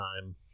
time